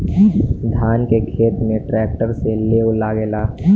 धान के खेत में ट्रैक्टर से लेव लागेला